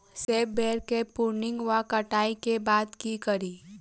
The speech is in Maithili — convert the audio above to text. सेब बेर केँ प्रूनिंग वा कटाई केँ बाद की करि?